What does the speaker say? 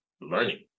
learning